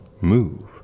move